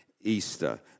easter